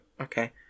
okay